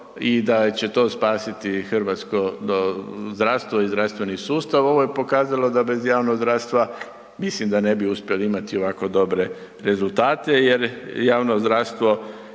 i da će to spasiti hrvatsko zdravstvo i zdravstveni sustav. Ovo je pokazalo da bez javnog zdravstva mislim da ne bi uspjeli imati ovako dobre rezultate jer javno zdravstvo